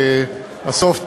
הסוף טוב,